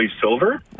Silver